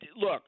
look